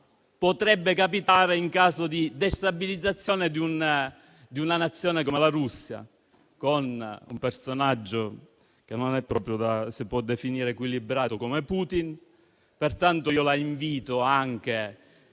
potrebbe capitare in caso di destabilizzazione di una Nazione come la Russia, in presenza di un personaggio che non è proprio da può definire equilibrato come Putin. Pertanto, io la invito, anche nel